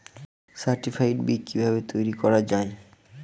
Certified বি কিভাবে তৈরি করা যায়?